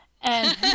And-